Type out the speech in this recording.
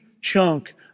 chunk